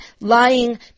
lying